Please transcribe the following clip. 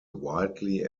wildly